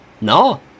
No